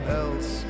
else